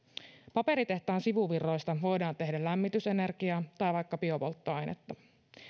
paperitehtaan sivuvirroista voidaan tehdä lämmitysenergiaa tai vaikka biopolttoainetta